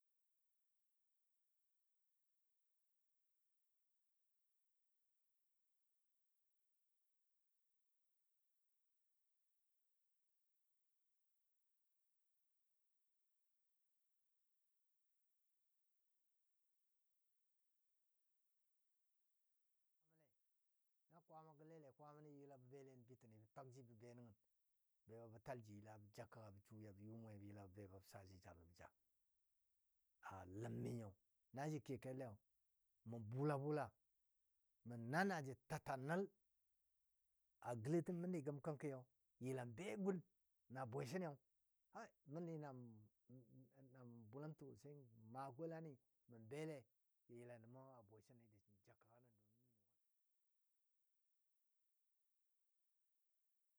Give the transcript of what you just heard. Be bwayilyau aləmnyo manə mə duwam joul miyo na kəli bwe shin se yan ja kəka nən yan maa gwaran ni le labə ma gwaran gə le kwama giyau bə nyuwa bɔ kel juwan bɔ nyuwa bɔ ka jəl wo bə mawo mawo bɨtəno ja jamo le na kwama gə le lai kwama ni bə bele nen bɨtəna lɔi ba bə talji la bə jel yabɔ yu mwemo la bɔ yila bə sa jija lən bə jaa ləm mi nyo na da kiyo kel lai mə bʉla bʊla mə a na ja tata nəl a gəlɔ təm məmdi gəm kənki be gul na bwe shini yau məndi na mə bulam təgɔ sai nan ma gola ni mə bele ja yila nə mə abwe shin shin ja kəka nən domin mə nyuwa ləmagənɔ le a kwama go.